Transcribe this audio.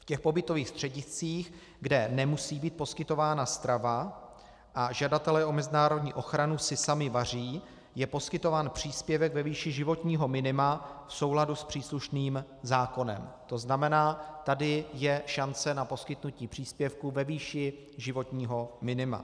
V pobytových střediscích, kde nemusí být poskytována strava a žadatelé o mezinárodní ochranu si sami vaří, je poskytován příspěvek ve výši životního minima v souladu s příslušným zákonem, tzn. tady je šance na poskytnutí příspěvku ve výši životního minima.